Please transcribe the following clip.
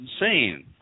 insane